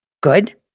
good